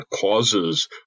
causes